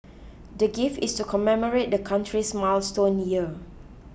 the gift is to commemorate the country's milestone year